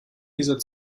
dieser